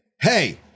Hey